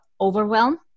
overwhelm